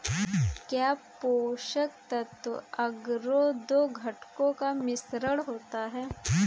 क्या पोषक तत्व अगरो दो घटकों का मिश्रण होता है?